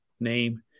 name